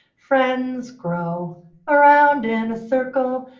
friends grow around in a circle,